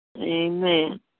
Amen